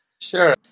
Sure